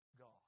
God